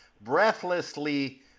breathlessly